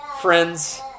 friends